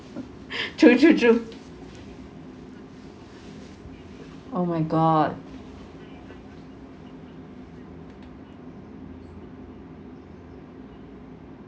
true true true oh my god